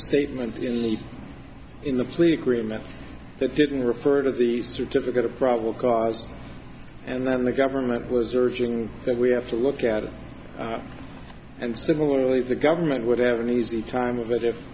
statement in the in the plea agreement that didn't refer to the certificate of probable cause and then the government was urging that we have to look at it and similarly the government would have an easy time of it if